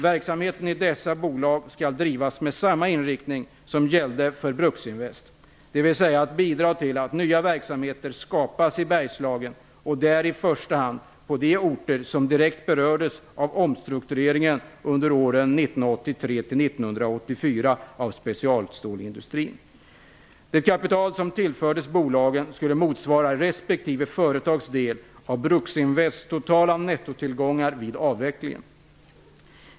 Verksamheten i dessa bolag skall drivas med samma inriktning som gällde för Bruksinvest, dvs. att bidra till att nya verksamheter skapas i Bergslagen och där i första hand på de orter som direkt berördes av omstruktureringen under åren 1983--1984 av specialstålindustrin. Det kapital som tillfördes bolagen skulle motsvara respektive företags del av Bruksinvests totala nettotillgångar vid avvecklingen.